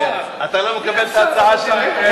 אתה לא מקבל את ההצעה שלי?